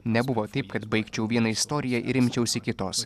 nebuvo taip kad baigčiau vieną istoriją ir imčiausi kitos